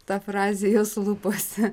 ta frazė jos lūpose